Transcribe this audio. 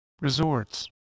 resorts